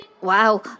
Wow